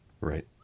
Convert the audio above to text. Right